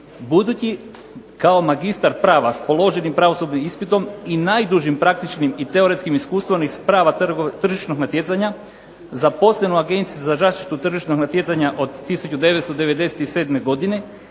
Budući kao magistar prava s položenim pravosudnim ispitom i najdužim praktičnim i teoretskim iskustvom iz prava tržišnog natjecanja zaposlen u Agenciji za zaštitu tržišnog natjecanja od 1997. godine